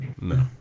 No